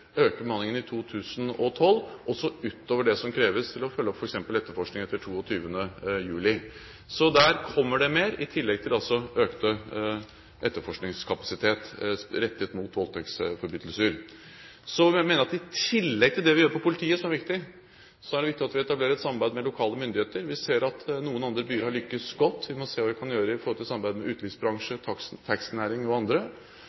i 2012, også utover det som kreves for å følge opp f.eks. etterforskningen etter 22. juli. Så der kommer det mer i tillegg til økt etterforskningskapasitet rettet mot voldtektsforbrytelser. Så mener vi at i tillegg til det vi gjør når det gjelder politiet, som er viktig, er det viktig at vi etablerer et samarbeid med lokale myndigheter. Vi ser at noen andre byer har lyktes godt, vi må se hva vi kan gjøre i forhold til samarbeid med utelivsbransje, taxinæring og andre.